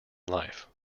life